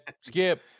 skip